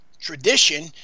tradition